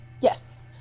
Yes